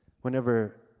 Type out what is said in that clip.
whenever